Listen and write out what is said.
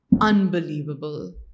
unbelievable